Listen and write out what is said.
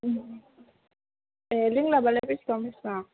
ए लिंलाबआलाय बेसेबां बेसेबां